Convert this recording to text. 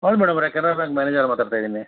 ಹೌದು ಮೇಡಮವರೇ Canara bank manager ಮಾತಾಡ್ತಾ ಇದ್ದೀನಿ